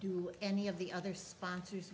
do any of the other sponsors